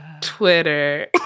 Twitter